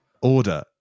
Order